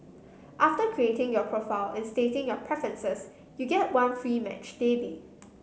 after creating your profile and stating your preferences you get one free match daily